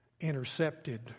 intercepted